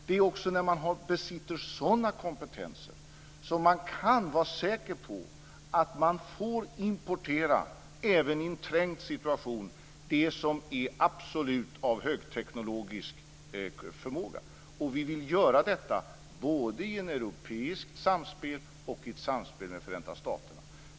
Det är när man besitter sådana kompetenser som man kan vara säker på att man får importera även i en trängd situation det som är av absolut högteknologisk kvalitet. Vi vill göra detta både i ett europeiskt samspel och i ett samspel med Förenta staterna.